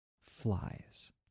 flies